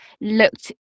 looked